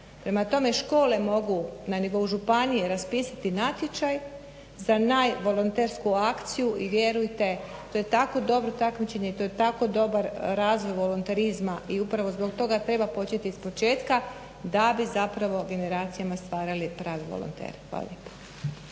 Prema tome, škole mogu na nivou županije raspisati natječaj za najvolontersku akciju i vjerujte to je tako dobro takmičenje, to je tako dobar razvoj volonterizma i upravo zbog toga treba početi ispočetka da bi zapravo generacijama stvarali prave volontere. Hvala lijepa.